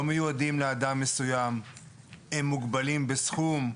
מיועדים לאדם מסוים והם מוגבלים בסכום.